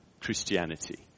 Christianity